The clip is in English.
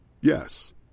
Yes